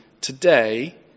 today